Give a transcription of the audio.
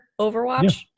overwatch